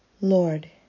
Lord